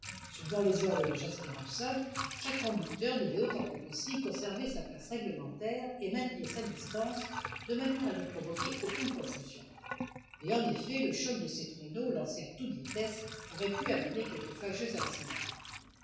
suivant les ordres de jasper hobson chaque conducteur devait autant que possible conserver sa place réglementaire et maintenir sa distance de manière à ne provoquer aucune confusion et en effet le choc de ces traîneaux lancés à toute vitesse aurait pu amener quelque fâcheux accident